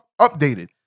updated